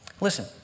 Listen